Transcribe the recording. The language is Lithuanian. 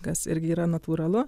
kas irgi yra natūralu